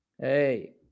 Hey